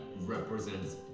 represents